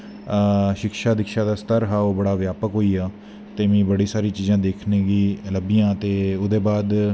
शिक्षा दिक्षा दा स्तर ओह् बड़ा व्यापक होईया ते मीं बड़ियां सारियां चीजां दिक्खनें गी लब्भियां ते ओह्दै बाद